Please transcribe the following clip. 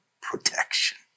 protection